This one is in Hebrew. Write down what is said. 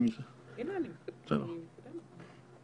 זה פרק הזמן שבו היא מעמידה את אותן סמכויות